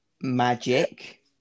magic